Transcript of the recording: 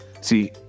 See